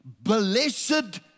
Blessed